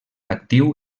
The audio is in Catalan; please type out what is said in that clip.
actiu